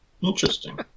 Interesting